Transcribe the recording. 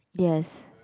yes